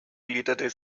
gliedert